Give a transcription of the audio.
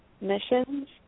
Missions